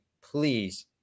please